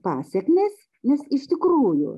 pasekmės nes iš tikrųjų